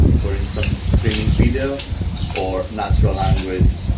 for instance, streaming video or natural language,